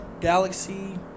Galaxy